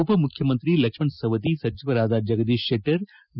ಉಪಮುಖ್ಯಮಂತ್ರಿ ಲಕ್ಷ್ಮಣ ಸವದಿ ಸಚಿವರಾದ ಜಗದೀಶ ಶೆಟ್ಟರ್ ವಿ